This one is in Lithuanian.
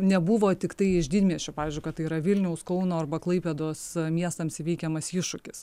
nebuvo tiktai iš didmiesčių pavyzdžiui kad tai yra vilniaus kauno arba klaipėdos miestams įveikiamas iššūkis